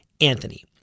Anthony